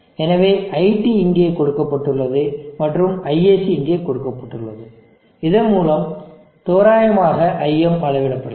எனவே iT இங்கே கொடுக்கப்பட்டுள்ளது மற்றும் ISC இங்கே கொடுக்கப்பட்டுள்ளது இதன் மூலம் தோராயமாக Im அளவிடப்படுகிறது